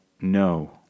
no